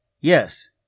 Yes